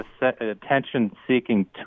attention-seeking